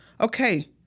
okay